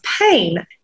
pain